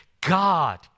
God